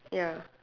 ya